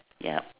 yup